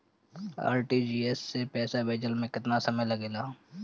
RTGS से पैसा भेजे में केतना समय लगे ला?